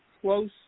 close